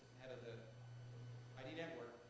head of the id network,